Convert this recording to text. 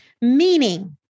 meaning